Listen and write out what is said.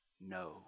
no